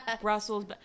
Brussels